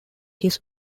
his